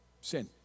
sin